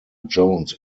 jones